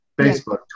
Facebook